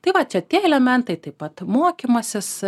tai va čia tie elementai taip pat mokymasis